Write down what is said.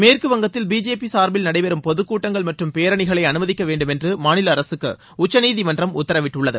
மேற்கு வங்கத்தில் பிஜேபி சார்பில் நடைபெறும் பொதுக்கூட்டங்கள் மற்றும் பேரணிகளை அனுமதிக்கவேண்டுமென்று மாநில அரசுக்கு உச்சநீதி மன்றம் உத்தரவிட்டுள்ளது